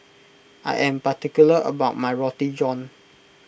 I am particular about my Roti John